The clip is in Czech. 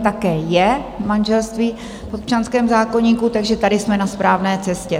Také je manželství v občanském zákoníku, takže tady jsme na správné cestě.